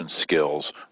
skills